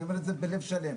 אני אומר את זה בלב שלם,